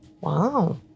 wow